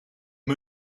een